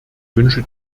wünsche